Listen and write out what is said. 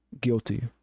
guilty